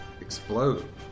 explode